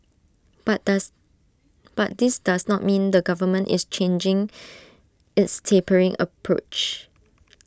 but does but this does not mean the government is changing its tapering approach